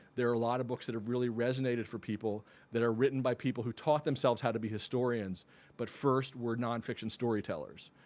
there are a lot of books that have really resonated for people that are written by people who taught themselves how to be historians but first were nonfiction storytellers.